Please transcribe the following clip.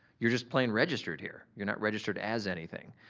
you're just plain registered here. you're not registered as anything.